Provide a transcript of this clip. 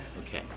Okay